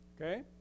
Okay